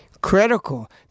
critical